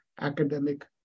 academic